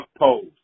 Pose